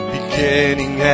Beginning